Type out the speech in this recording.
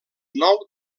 nou